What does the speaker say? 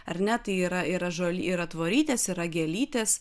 ar ne tai yra yra žolė yra tvorytės yra gėlytės